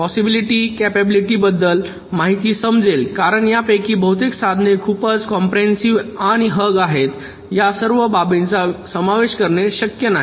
possible capability बद्दल माहिती समजेल कारण यापैकी बहुतेक साधने खूपच कॉम्प्रेहेन्सिव्ह आणि हग आहेत या सर्व बाबींचा समावेश करणे शक्य नाही